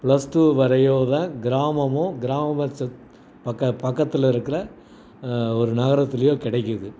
plus two வரையோதான் கிராமமும் கிராமத்தை பக்க பக்கத்தில் இருக்கிற ஒரு நகரத்துலையோ கிடைக்கிது